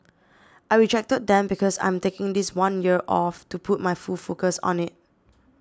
I rejected them because I'm taking this one year off to put my full focus on it